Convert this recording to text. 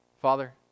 Father